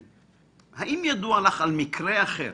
האם ידוע לך על מקרה אחר